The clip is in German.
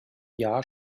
jahr